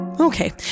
Okay